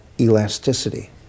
elasticity